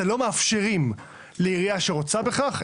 אתם לא מאפשרים לעירייה שרוצה בכך,